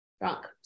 drunk